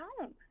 home